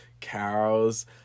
cows